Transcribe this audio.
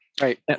Right